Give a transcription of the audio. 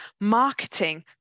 marketing